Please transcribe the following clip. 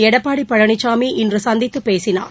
Edappadi Palaniswami இன்றுசந்தித்துபேசினார்